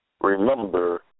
remember